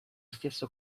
stesso